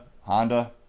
Honda